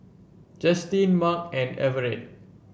Justin Marc and Everette